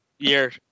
Year